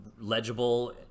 legible